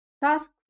task